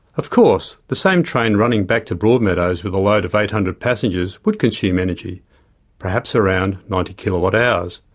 of course the same train running back to broadmeadows with a load of eight hundred passengers would consume energy perhaps around ninety kilowatt hours.